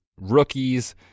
rookies